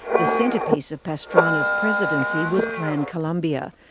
the centrepiece of pastrana's presidency was plan colombia,